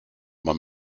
man